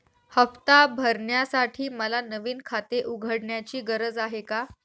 हफ्ता भरण्यासाठी मला नवीन खाते उघडण्याची गरज आहे का?